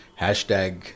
hashtag